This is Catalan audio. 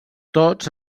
tots